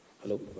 Hello